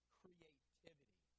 creativity